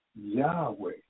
Yahweh